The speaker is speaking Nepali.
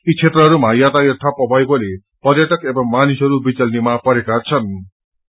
यी क्षेत्रहरूमा याातायात ठप्प भएकोले पर्यटक एवं मानिसहरू विचल्नीमा परेका छनृ